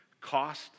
cost